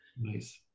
nice